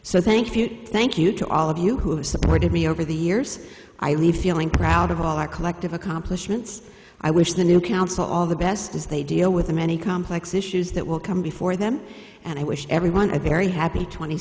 so thank you thank you to all of you who have supported me over the years i leave feeling proud of all our collective accomplishments i wish the new council all the best as they deal with the many complex issues that will come before them and i wish everyone a very happy twenty